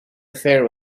affair